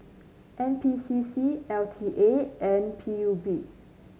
N P C C L T A and P U B